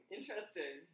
Interesting